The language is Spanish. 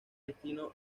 destino